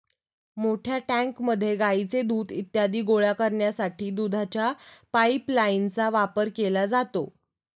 मोठ्या टँकमध्ये गाईचे दूध इत्यादी गोळा करण्यासाठी दुधाच्या पाइपलाइनचा वापर केला जातो